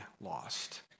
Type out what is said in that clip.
lost